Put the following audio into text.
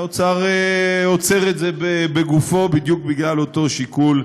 האוצר עוצר את זה בגופו בדיוק מאותו שיקול,